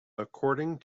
according